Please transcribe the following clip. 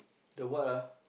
the what ah